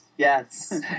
Yes